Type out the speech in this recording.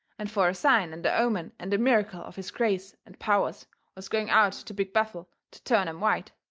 and for a sign and a omen and a miracle of his grace and powers was going out to big bethel to turn em white.